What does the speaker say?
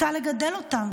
רוצה לגדל אותם,